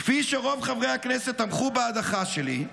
כפי שרוב חברי הכנסת תמכו בהדחה שלי,